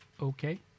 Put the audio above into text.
Okay